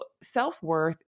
self-worth